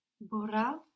Bora